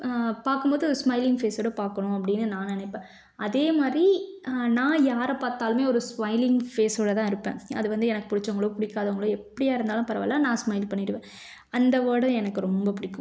பார்க்கும்போது ஸ்மைலிங் ஃபேஸோடு பார்க்கணும் அப்படின்னு நான் நினப்பேன் அதே மாதிரி நான் யாரை பார்த்தாலுமே ஒரு ஸ்மைலிங் ஃபேஸோடு தான் இருப்பேன் அது வந்து எனக்கு பிடிச்சவங்களோ பிடிக்காதவங்களோ எப்படியா இருந்தாலும் பரவாயில்லை நான் ஸ்மைல் பண்ணிவிடுவேன் அந்த வேர்டும் எனக்கு ரொம்ப பிடிக்கும்